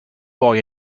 boy